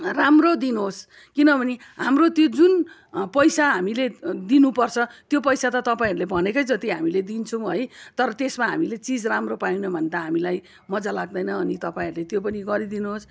राम्रो दिनुहोस् किनभने हाम्रो त्यो जुन पैसा हामीले दिनुपर्छ त्यो पैसा त तपाईँहरूले भनेकै जति हामीले दिन्छु है तर त्यसमा हामीले चिज हामीले राम्रो पायौन भने त हामीलाई मजा लाग्दैन अनि तपाईँहरूले त्यो चिज पनि गरिदिनुहोस्